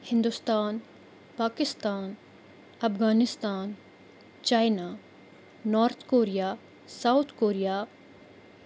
Hindustan Pakistan Afghanistan China North Korea South Korea